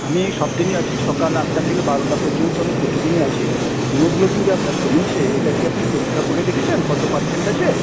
আমি সব দিনই আছি সকাল আটটা থেকে বারোটা পর্যন্ত আমি প্রতিদিনই আছি হিমোগ্লোবিন যে আপনার কমেছে এটা কি আপনি পরীক্ষা করে দেখেছেন কত পারসেন্ট আছে